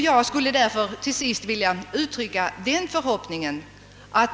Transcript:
Jag skulle därför till sist vilja uttrycka den förhoppningen, att.